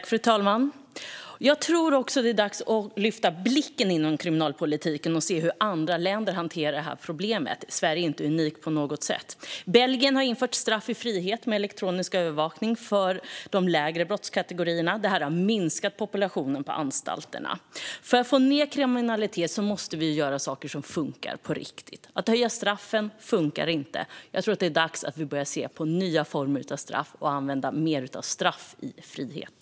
Fru talman! Jag tror att det är dags att lyfta blicken inom kriminalpolitiken och se hur andra länder hanterar problemet. Sverige är inte unikt på något sätt. Belgien har infört straff i frihet med elektronisk övervakning för de lägre brottskategorierna. Detta har minskat populationen på anstalterna. För att få ned kriminaliteten måste vi göra saker som funkar på riktigt. Att höja straffen funkar inte. Jag tror att det är dags att vi börjar se på nya former av straff och använda mer straff i frihet.